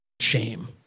Shame